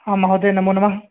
हा महोदय नमो नमः